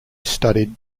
studied